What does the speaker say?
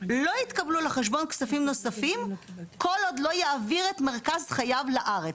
לא יתקבלו לחשבון כספים נוספים כל עוד לא יעביר את מרכז חייו לארץ,